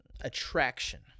attraction